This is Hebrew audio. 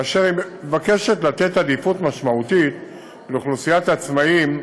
בכך שמוצע בה לתת עדיפות משמעותית לאוכלוסיית העצמאים,